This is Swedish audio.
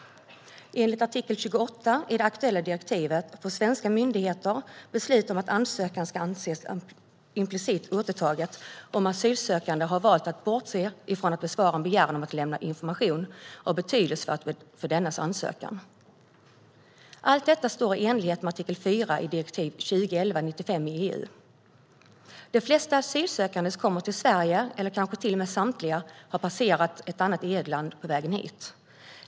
Enligt artikel 28 i det aktuella direktivet får svenska myndigheter besluta att ansökan ska anses implicit återtagen om den asylsökande har valt att bortse från att besvara en begäran om att lämna information av betydelse för dennes ansökan. Allt detta är i enlighet med artikel 4 i direktiv 2011 EU. De flesta asylsökande som kommer till Sverige, eller kanske till och med samtliga, har passerat ett annat EU-land på vägen hit.